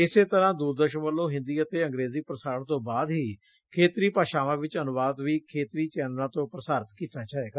ਇਸੇ ਤਰ੍ਕਾਂ ਦੁਰਦਰਸ਼ਨ ਵਲੋਂ ਹਿੰਦੀ ਅਤੇ ਅੰਗਰੇਜ਼ੀ ਪੁਸਾਰਣ ਤੋਂ ਬਾਅਦ ਹੀ ਖੇਤਰੀ ਭਾਸ਼ਾਵਾਂ ਵਿਚ ਅਨੁਵਾਦ ਵੀ ਖੇਤਰੀ ਚੈਨਲਾ ਤੋ ਪ੍ਰਸਾਰਤ ਕੀਤਾ ਜਾਵੇਗਾ